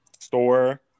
Store